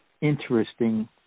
interesting